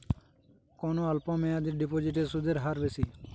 কোন অল্প মেয়াদি ডিপোজিটের সুদের হার বেশি?